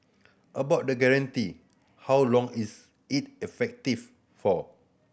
about the guarantee how long is it effective for